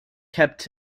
kept